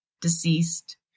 deceased